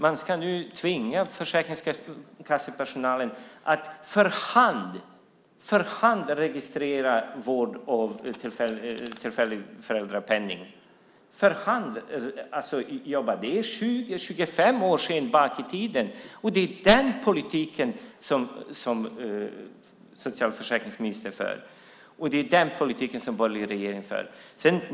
Man ska nu tvinga försäkringskassepersonalen att för hand registrera tillfällig föräldrapenning. Det är att gå 20-25 år tillbaka i tiden. Det är den politiken som socialförsäkringsministern för, och det är den politiken som den borgerliga regeringen för.